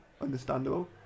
understandable